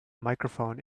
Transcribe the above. microphone